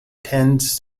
tends